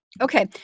Okay